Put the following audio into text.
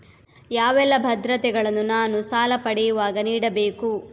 ಯಾವೆಲ್ಲ ಭದ್ರತೆಗಳನ್ನು ನಾನು ಸಾಲ ಪಡೆಯುವಾಗ ನೀಡಬೇಕು?